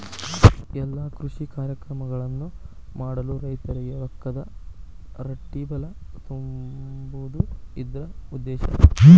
ಎಲ್ಲಾ ಕೃಷಿ ಕಾರ್ಯಕ್ರಮಗಳನ್ನು ಮಾಡಲು ರೈತರಿಗೆ ರೊಕ್ಕದ ರಟ್ಟಿಬಲಾ ತುಂಬುದು ಇದ್ರ ಉದ್ದೇಶ